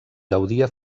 gaudia